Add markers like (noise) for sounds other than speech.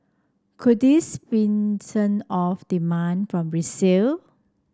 could this (unintelligible) off demand from resale